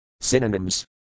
Synonyms